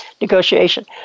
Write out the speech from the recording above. negotiation